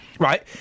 Right